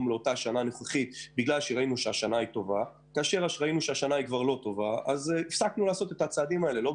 שראינו שהשנה היא טובה ב2018 לא עשינו זאת.